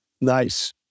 Nice